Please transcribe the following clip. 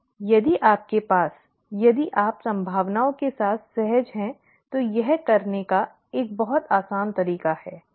जबकि यदि आपके पास यदि आप संभावनाओं के साथ सहज हैं तो यह करने का एक बहुत आसान तरीका है ठीक है